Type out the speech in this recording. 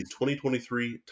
2023